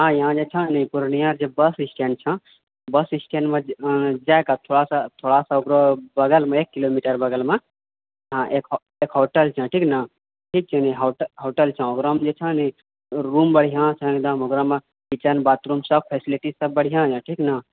हँ यहाँ जे छौ ने पूर्णियामे बस स्टैण्ड छौ बस स्टैण्डमे जाकऽ थोड़ासँ थोड़ासँ ओकर बगलमे एक किलोमीटर बगलमे हँ एक होटल छौ ठीक ने ठीक छौ होटल छौ ओकरामे जे छौ ने रूम बढ़िआँ छौ एकदम ओकरामे किचन बाथरूम सब फैसिलिटी सब बढ़िआँ छौ ठीक ने